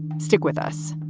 stick with us